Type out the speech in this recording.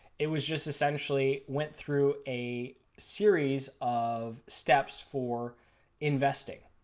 it was just essentially went through a series of steps for investing.